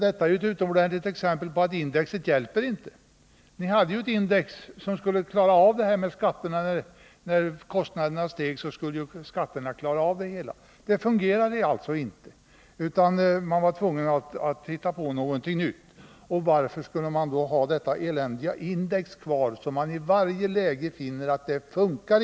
Detta är ett utomordentligt exempel på att index inte hjälper. Vi hade ett index som skulle klara denna situation — när kostnaderna steg skulle skatterna kompensera detta. Det fungerade alltså inte, utan något nytt måste hittas på. Varför skulle då detta eländiga index vara kvar, som i varje läge visar sig inte ”funka”?